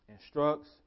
instructs